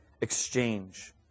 exchange